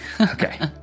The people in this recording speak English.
Okay